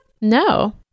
No